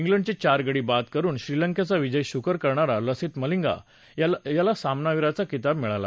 शिलंडच्चार गडी बाद करुन श्रीलंक्छा विजय सुकर करणारा लसिथ मलिंगा याला सामनावीराचा किताब मिळाला